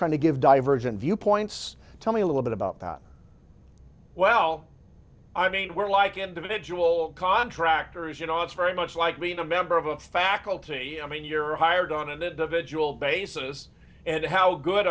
trying to give divergent viewpoints tell me a little bit about that well i mean we're like individual contractors you know it's very much like being a member of a faculty i mean you're hired on and it does it you will basis and how good